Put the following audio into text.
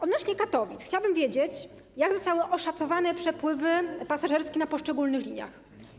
Odnośnie do Katowic chciałabym wiedzieć, jak zostały oszacowane przepływy pasażerskie na poszczególnych liniach.